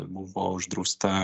buvo uždrausta